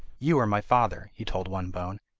you are my father he told one bone,